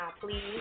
Please